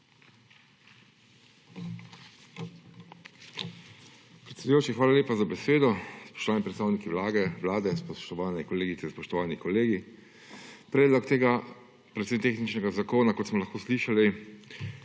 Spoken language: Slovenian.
Predsedujoči, hvala lepa za besedo. Spoštovani predstavniki Vlade, spoštovane kolegice, spoštovani kolegi! Predlog tega predvsem tehničnega zakona, kot smo lahko slišali,